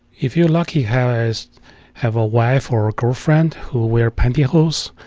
if you're lucky have have a wife or girlfriend who wear pantyhose,